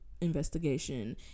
investigation